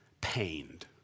pained